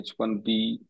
H1B